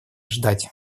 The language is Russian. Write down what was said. ждать